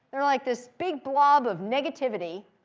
they're like this big blob of negativity.